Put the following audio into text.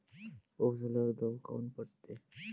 पाऊस आल्यावर दव काऊन पडते?